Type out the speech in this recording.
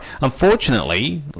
unfortunately